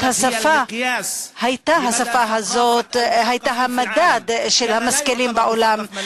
השפה הזאת הייתה המדד של המשכילים בעולם,